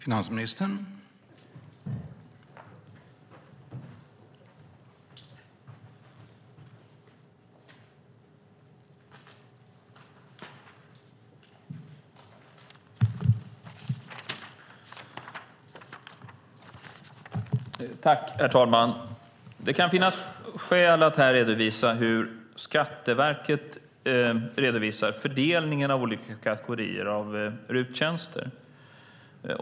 Herr talman! Det kan finnas skäl att här redovisa hur Skatteverket redovisar fördelningen av olika kategorier av RUT-tjänster.